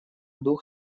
дух